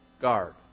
guard